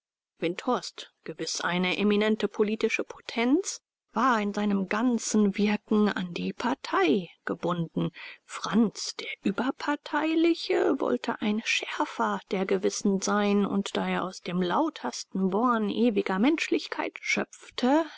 gewiß eine eminente politische potenz war in seinem ganzen wirken an die partei gebunden frantz der überparteiliche wollte ein schärfer der gewissen sein und da er aus dem lautersten born ewiger menschlichkeit schöpfte